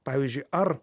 pavyzdžiui ar